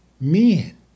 men